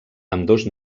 ambdós